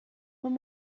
what